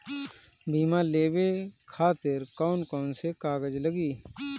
बीमा लेवे खातिर कौन कौन से कागज लगी?